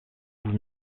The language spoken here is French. vous